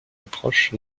approche